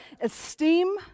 esteem